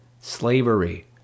Slavery